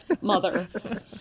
mother